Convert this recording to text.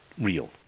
real